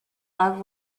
love